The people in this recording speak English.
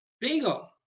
Bingo